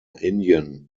indian